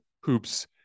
hoops